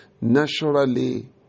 naturally